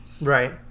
Right